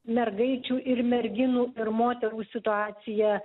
mergaičių ir merginų ir moterų situacija